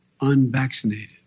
unvaccinated